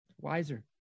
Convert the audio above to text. wiser